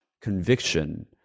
conviction